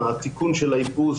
התיקון של האיפוס,